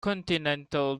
continental